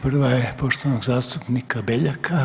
Prva je poštovanog zastupnika Beljaka.